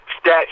stat